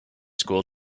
school